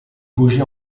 baugé